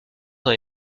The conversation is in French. dans